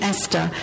Esther